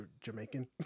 Jamaican